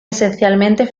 esencialmente